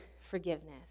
forgiveness